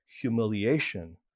humiliation